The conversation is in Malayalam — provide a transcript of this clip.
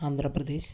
ആന്ധ്രാപ്രദേശ്